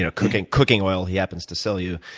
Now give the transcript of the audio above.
ah cooking cooking oil he happens to sell you.